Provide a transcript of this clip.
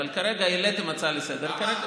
אבל כרגע העליתם הצעה לסדר-היום,